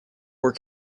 were